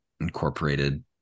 incorporated